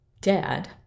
Dad